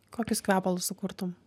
kokius kvepalus sukurtum